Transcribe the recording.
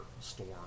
storm